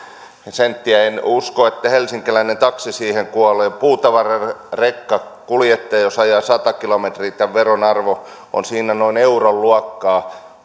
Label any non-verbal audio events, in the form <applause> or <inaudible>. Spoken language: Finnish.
senttiä en usko että helsinkiläinen taksi siihen kuolee puutavararekan kuljettaja jos ajaa sata kilometriä tämän veron arvo on siinä noin euron luokkaa <unintelligible>